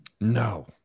No